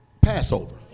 Passover